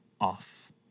off